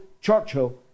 Churchill